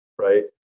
right